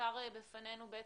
שסקר בפנינו את